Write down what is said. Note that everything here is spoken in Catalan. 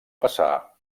passar